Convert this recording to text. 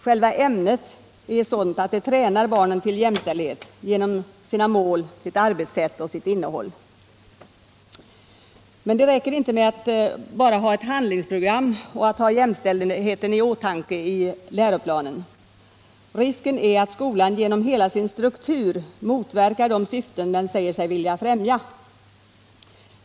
Själva ämnet är sådant att det tränar barnen till jämställdhet genom sina mål, sitt arbetssätt och sitt innehåll. Men det räcker inte med att bara ha ett handlingsprogram och att ha jämställdheten i åtanke i läroplanen. Risken är att skolan genom hela sin struktur motverkar de syften den säger sig vilja främja.